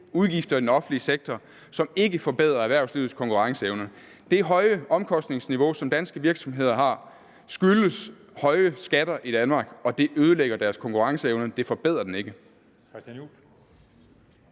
udgifter i den offentlige sektor, som ikke forbedrer erhvervslivets konkurrenceevne. Det høje omkostningsniveau, som danske virksomheder har, skyldes høje skatter i Danmark, og det ødelægger deres konkurrenceevne, det forbedrer den ikke.